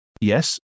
Yes